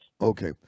Okay